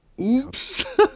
Oops